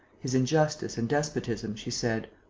his injustice and despotism, she said